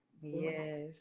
Yes